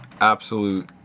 absolute